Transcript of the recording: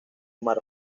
mar